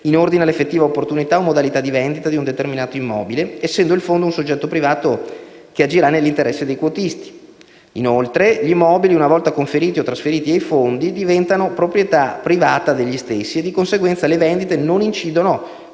in ordine all'effettiva opportunità o modalità di vendita di un determinato immobile, essendo il Fondo un soggetto privato che agirà nell'interesse dei quotisti. Inoltre, gli immobili, una volta conferiti-trasferiti ai Fondi, diventano proprietà privata degli stessi e di conseguenza le vendite non incidono,